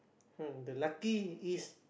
!huh! the lucky is